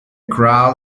crowd